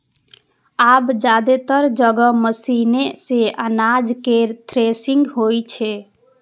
आब जादेतर जगह मशीने सं अनाज केर थ्रेसिंग होइ छै